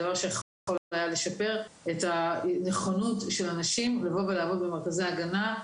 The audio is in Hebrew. זה דבר שיכול היה לשפר את הנכונות של אנשים לבוא ולעבוד במרכזי הגנה,